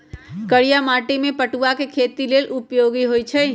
करिया माटि में पटूआ के खेती लेल उपयोगी होइ छइ